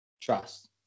trust